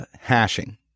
hashing